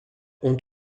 ont